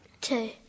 Two